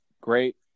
great